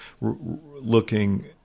looking